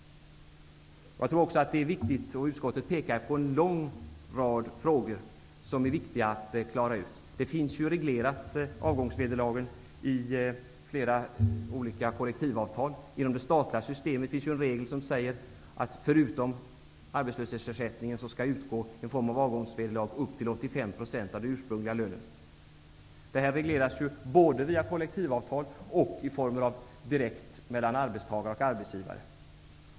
Utskottet pekar på en lång rad frågor som det är viktigt att klara ut. Avgångsvederlagen regleras i flera olika kollektivavtal. Inom det statliga systemet finns det en regel som säger att förutom arbetslöshetsersättningen skall en form av avgångsvederlag utgå upp till 85 % av den ursprungliga lönen. Det här regleras ju både via kollektivavtal och direkt mellan arbetstagare och arbetsgivare.